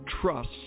trust